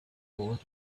port